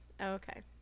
okay